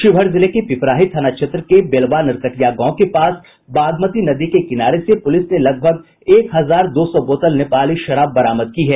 शिवहर जिले के पिपराही थाना क्षेत्र के बेलवा नरकटिया गांव के पास बागमती नदी के किनारे से पुलिस ने करीब एक हजार दो सौ बोतल नेपाली शराब बरामद की है